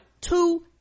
two